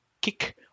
kick